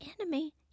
enemy